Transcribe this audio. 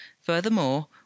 furthermore